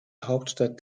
hauptstadt